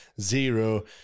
zero